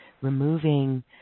removing